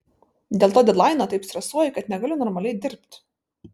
dėl to dedlaino taip stresuoju kad negaliu normaliai dirbt